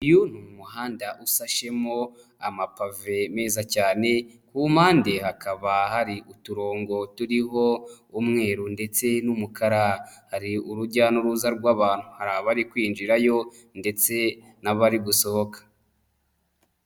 Uyu ni umuhanda ufashemo amapave meza cyane, ku mpande hakaba hari uturongo turiho umweru ndetse n'umukara. Hari urujya n'uruza rw'abantu, hari abari kwinjirayo ndetse n'abari gusohoka.